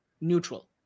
neutral